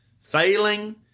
failing